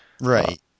right